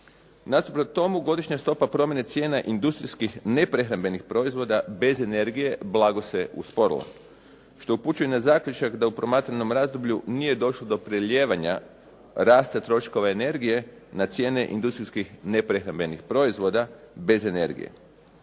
Nasuprot tomu godišnja stopa promjene cijene industrijskih neprehrambenih proizvoda bez energije blago se usporila što upućuje na zaključak da u promatranom razdoblju nije došlo do prelijevanja rasta troškova energije na cijene industrijskih neprehrambenih proizvoda bez energije.